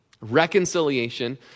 reconciliation